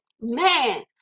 man